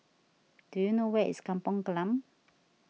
do you know where is Kampong Glam